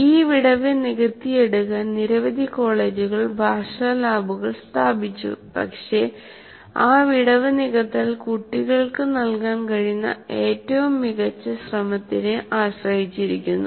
ഈ വിടവ് നികത്തി എടുക്കാൻ നിരവധി കോളേജുകൾ ഭാഷാ ലാബുകൾ സ്ഥാപിച്ചു പക്ഷേ ആ വിടവ് നികത്തൽ കുട്ടികൾക്ക് നൽകാൻ കഴിയുന്ന ഏറ്റവും മികച്ച ശ്രമത്തിനെ ആശ്രയിച്ചിരിക്കുന്നു